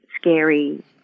scary